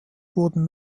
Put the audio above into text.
wurden